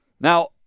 Now